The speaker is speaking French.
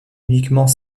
uniquement